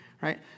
right